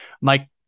Mike